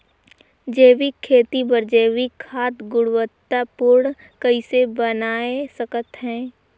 जैविक खेती बर जैविक खाद गुणवत्ता पूर्ण कइसे बनाय सकत हैं?